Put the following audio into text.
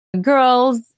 girls